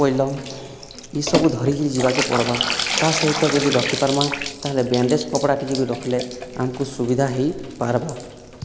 ପଇଲମ ଇସବୁ ଧରିକିରି ଯିବାକେ ପଡ଼୍ବା ତା ସହିତ ଯଦି ରଖି ପାର୍ମା ତାହେଲେ ବେଣ୍ଡେଜ୍ କପଡ଼ା ଟିକେ ବି ରଖଲେ ଆମକୁ ସୁବିଧା ହେଇପାର୍ବା